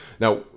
Now